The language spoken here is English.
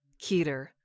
keter